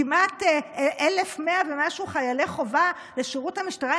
כמעט 1,100 ומשהו חיילי חובה לשירות המשטרה,